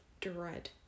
dread